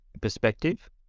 perspective